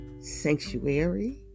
sanctuary